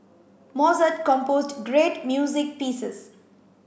Mozart composed great music pieces